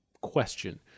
question